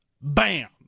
Bam